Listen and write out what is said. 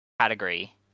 category